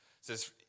says